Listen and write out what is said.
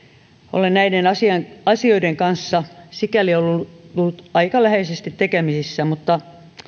olen näiden asioiden kanssa sikäli ollut aika läheisesti tekemisissä